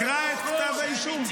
קרא את כתב האישום.